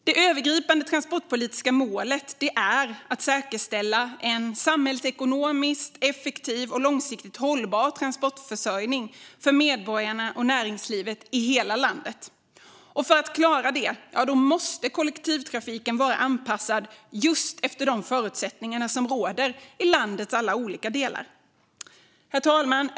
Det övergripande transportpolitiska målet är att säkerställa en samhällsekonomiskt effektiv och långsiktigt hållbar transportförsörjning för medborgarna och näringslivet i hela landet. För att klara detta måste kollektivtrafiken vara anpassad efter just de förutsättningar som råder i landets alla olika delar. Herr talman!